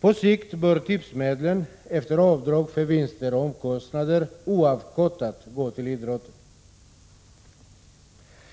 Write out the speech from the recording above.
På sikt bör tipsmedlen efter avdrag för vinster och omkostnader oavkortat gå till idrotten.